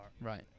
Right